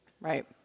Right